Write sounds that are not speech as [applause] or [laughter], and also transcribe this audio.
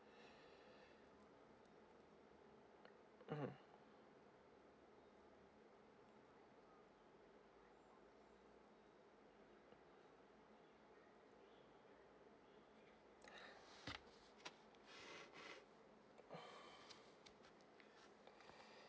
mmhmm [breath]